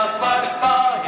football